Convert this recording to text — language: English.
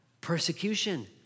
persecution